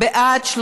להעביר לוועדה את